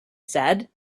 said